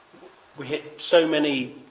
we had so many